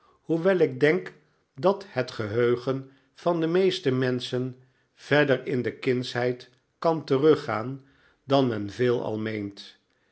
hoewel ik denk dat het geheugen van de meeste menschen verder in de kindsheid kan teruggaan dan men veelal meent